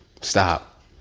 Stop